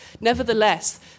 Nevertheless